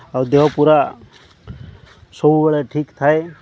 ଆଉ ଦେହ ପୁରା ସବୁବେଳେ ଠିକ୍ ଥାଏ